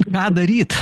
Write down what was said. ką daryt